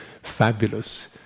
fabulous